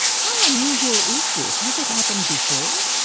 how unusual is this? has it happened before?